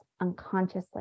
unconsciously